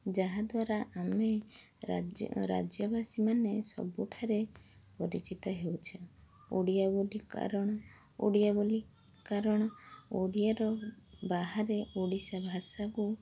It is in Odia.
ଯାହାଦ୍ୱାରା ଆମେ ରାଜ୍ୟ ରାଜ୍ୟବାସୀ ମାନେ ସବୁଠାରେ ପରିଚିତ ହେଉଛେ ଓଡ଼ିଆ ବୋଲି କାରଣ ଓଡ଼ିଆ ବୋଲି କାରଣ ଓଡ଼ିଆର ବାହାରେ ଓଡ଼ିଶା ଭାଷାକୁ